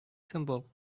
simple